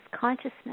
consciousness